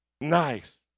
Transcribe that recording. Nice